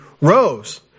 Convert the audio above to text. rose